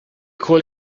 call